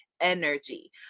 energy